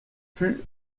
fut